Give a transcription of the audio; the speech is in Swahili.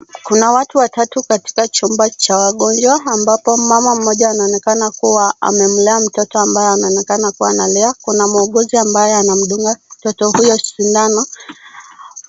Kuna watu watatu katika chumba cha wagonjwa ambapo mama mmoja anaonekana kuwa amemlea mtoto ambaye anaonekana kuwa analea. Kuna muuguzi ambaye anamdunga mtoto huyo sindano.